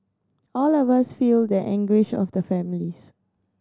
all of us feel the anguish of the families